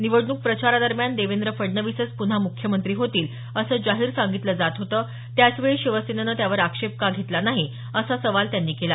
निवडणूक प्रचारादरम्यान देवेंद्र फडणवीसच पुन्हा मुख्यमंत्री होतील असं जाहीर सांगितलं जात होतं त्याचवेळी शिवसेनेनं त्यावर आक्षेप का घेतला नाही असा सवाल त्यांनी केला